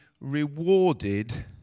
rewarded